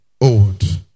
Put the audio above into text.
old